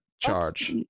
charge